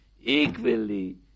Equally